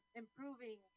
improving